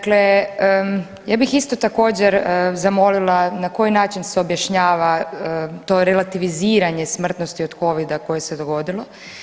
Dakle ja bih isto također, zamolila na koji način se objašnjava to relativiziranje smrtnosti od Covida koje se dogodilo.